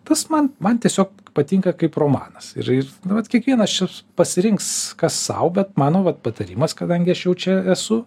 tas man man tiesiog patinka kaip romanas ir ir nu vat kiekvienas čia pasirinks kas sau bet mano vat patarimas kadangi aš jau čia esu